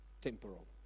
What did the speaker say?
temporal